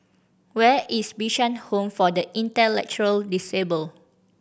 where is Bishan Home for the Intellectually Disabled